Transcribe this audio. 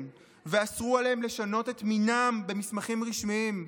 ואסרו עליהם לשנות את מינם במסמכים רשמיים.